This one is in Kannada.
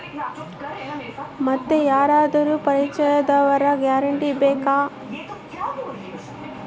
ಮತ್ತೆ ಯಾರಾದರೂ ಪರಿಚಯದವರ ಗ್ಯಾರಂಟಿ ಬೇಕಾ?